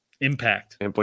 impact